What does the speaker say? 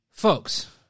Folks